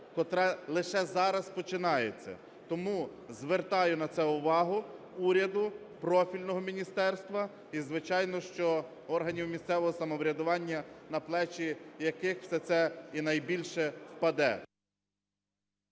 котра лише зараз починається. Тому звертаю на це увагу уряду, профільного міністерства і, звичайно, що органів місцевого самоврядування, на плечі яких все це і найбільше впаде.